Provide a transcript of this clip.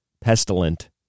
pestilent